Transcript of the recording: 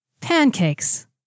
Pancakes